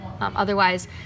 otherwise